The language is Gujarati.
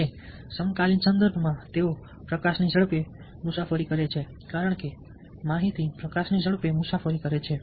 તે સમકાલીન સંદર્ભમાં તેઓ પ્રકાશની ઝડપે મુસાફરી કરે છે કારણ કે માહિતી પ્રકાશની ઝડપે મુસાફરી કરે છે